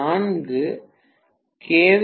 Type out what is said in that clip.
4 K